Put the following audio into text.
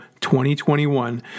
2021